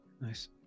nice